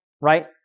right